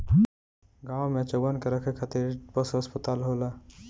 गाँव में चउवन के ठीक रखे खातिर पशु अस्पताल होला